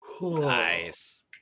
Nice